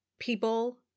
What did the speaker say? people